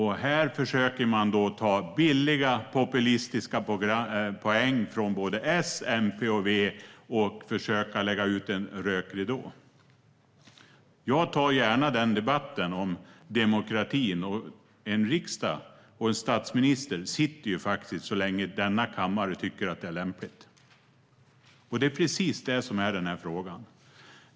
Här försöker S, MP och V ta billiga, populistiska poäng och lägga ut rökridåer. Jag tar gärna debatten om demokratin. En regering och en statsminister sitter faktiskt så länge denna kammare tycker att det är lämpligt. Det är precis det som är frågan.